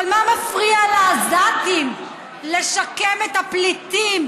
אבל מה מפריע לעזתים לשקם את ה"פליטים",